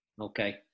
Okay